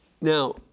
Now